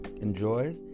enjoy